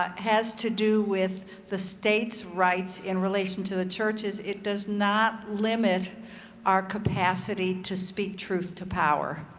ah has to do with the state's rights in relation to the churches. it does not limit our capacity to speak truth to power.